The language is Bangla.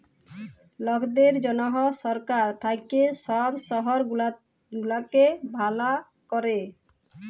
লকদের জনহ সরকার থাক্যে সব শহর গুলাকে ভালা ক্যরে